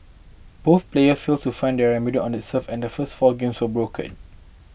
both players failed to find on their serve and the first four games were broken